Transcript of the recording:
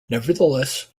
nevertheless